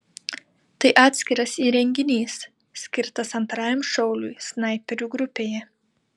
tai atskiras įrenginys skirtas antrajam šauliui snaiperių grupėje